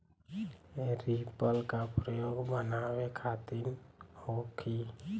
Reaper का प्रयोग का बनावे खातिन होखि?